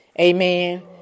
Amen